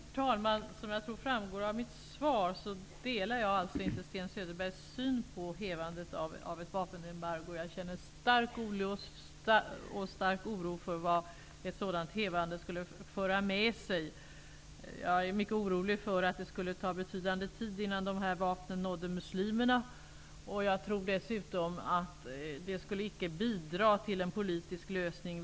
Herr talman! Som jag tror framgick av mitt svar delar jag inte Sten Söderbergs syn på hävandet av ett vapenembargo. Jag känner stark olust och stor oro för vad ett sådant hävande skulle föra med sig. Jag är mycket orolig för att det skulle ta betydande tid innan vapnen nådde muslimerna, och jag tror dessutom att det inte skulle bidra till en politisk lösning.